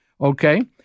Okay